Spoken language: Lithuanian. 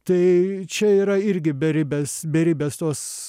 tai čia yra irgi beribės beribės tos